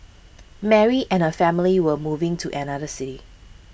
Mary and her family were moving to another city